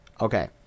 Okay